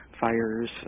fires